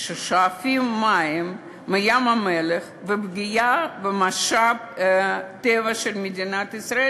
שואבים מים מים-המלח ופוגעים במשאבי הטבע של מדינת ישראל,